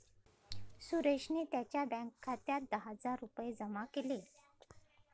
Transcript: सुरेशने त्यांच्या बँक खात्यात दहा हजार रुपये जमा केले